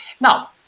now